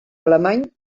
alemany